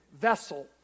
vessel